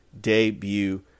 debut